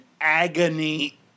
agony